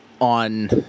on –